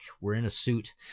we're-in-a-suit